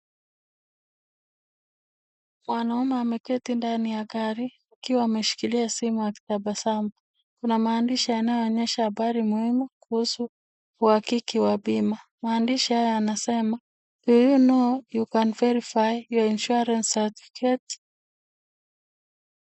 Mwanaume ameketi ndani ya gari akiwa ameshikilia simu akitabasamu. Kuna maandishi yanayoonyesha habari muhimu kuhusu uhakiki wa bima. Maandishi haya yanasema Do you know you can verify your insurance certificate .